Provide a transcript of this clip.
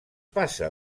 passa